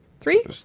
Three